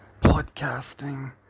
podcasting